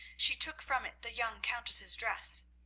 she took from it the young countess's dress.